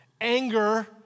Anger